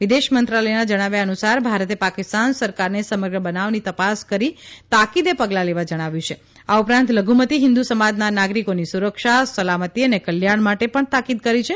વિદેશમંત્રાલયના જણાવ્યા અનુસાર ભારતે પાકિસ્તાન સરકારને સમગ્ર બનાવની તપાસ કરી તાકીદે પગલાં લેવા જણાવ્યું છે આ ઉપરાંત લઘુમતિ હિન્દુ સમાજના નાગરિકોની સુરક્ષા સલામતિ અને કલ્યાણ માટે તાકીદ કરી છે